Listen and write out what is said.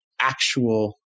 actual